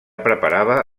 preparava